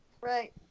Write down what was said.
Right